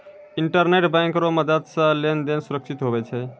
internet bank रो मदद से लेन देन सुरक्षित हुवै छै